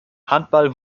handball